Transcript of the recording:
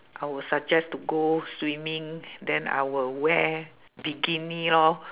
I will suggest to go swimming then I will wear bikini lor